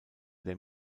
der